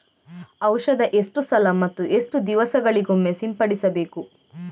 ಔಷಧ ಎಷ್ಟು ಸಲ ಮತ್ತು ಎಷ್ಟು ದಿವಸಗಳಿಗೊಮ್ಮೆ ಸಿಂಪಡಿಸಬೇಕು?